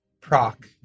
proc